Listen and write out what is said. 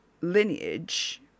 lineage